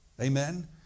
Amen